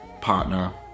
partner